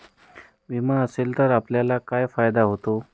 विमा असेल तर आपल्याला काय फायदा होतो?